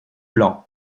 blanc